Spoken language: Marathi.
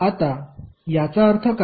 आता याचा अर्थ काय